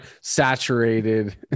saturated